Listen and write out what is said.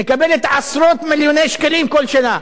מקבלת עשרות מיליוני שקלים כל שנה.